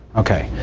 ok.